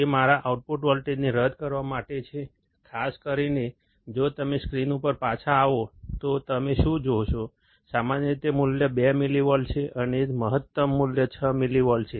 તે મારા આઉટપુટ વોલ્ટેજને રદ કરવા માટે છે ખાસ કરીને જો તમે સ્ક્રીન ઉપર પાછા આવો તો તમે શું જોશો સામાન્ય રીતે મૂલ્ય 2 મિલિવોલ્ટ છે અને મહત્તમ મૂલ્ય 6 મિલિવોલ્ટ છે